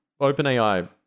OpenAI